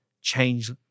change